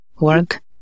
work